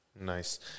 Nice